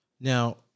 Now